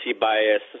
bias